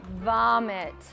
Vomit